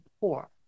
poor